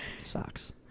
sucks